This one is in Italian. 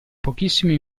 pochissime